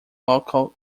local